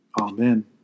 Amen